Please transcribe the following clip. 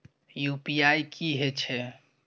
UPI की हेछे?